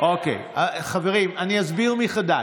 חברים, אני אסביר מחדש.